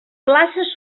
places